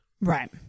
Right